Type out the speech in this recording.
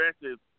aggressive